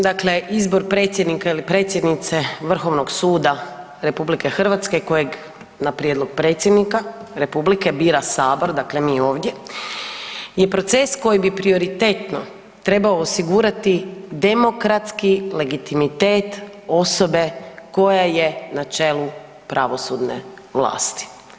Dakle, izbor predsjednika ili predsjednika Vrhovnog suda RH kojeg na prijedlog Predsjednika Republike bira Sabor, dakle mi ovdje je proces koji bi prioritetno trebao osigurati demokratski legitimitet osobe koja je na čelu pravosudne vlasti.